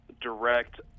direct